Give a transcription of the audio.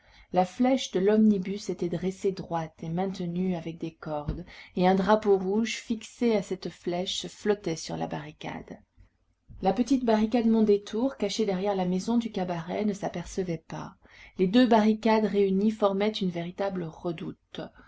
la flèche de l'omnibus était dressée droite et maintenue avec des cordes et un drapeau rouge fixé à cette flèche flottait sur la barricade la petite barricade mondétour cachée derrière la maison du cabaret ne s'apercevait pas les deux barricades réunies formaient une véritable redoute